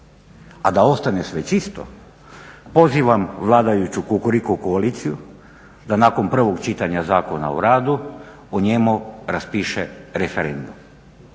a da ostane sve čisto, pozivam vladajuću Kukuriku koaliciju da nakon prvog čitanja Zakona o radu, o njemu raspiše referendum.